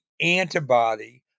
antibody